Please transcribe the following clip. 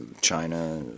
China